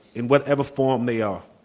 in whatever form they are.